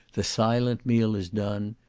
the silent meal is done,